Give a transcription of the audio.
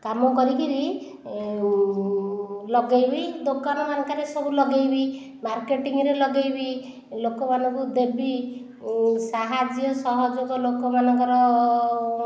କାମ କରିକରି ଲଗେଇବି ଦୋକାନ ମାନଙ୍କରେ ସବୁ ଲଗେଇବି ମାର୍କେଟିଂ ରେ ଲଗେଇବି ଲୋକମାନଙ୍କୁ ଦେବି ସାହାଯ୍ୟ ସହଯୋଗ ଲୋକମାନଙ୍କର